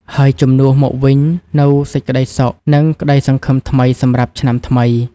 ហើយជំនួសមកវិញនូវសេចក្តីសុខ និងក្តីសង្ឃឹមថ្មីសម្រាប់ឆ្នាំថ្មី។